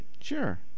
Sure